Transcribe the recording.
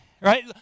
right